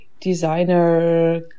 designer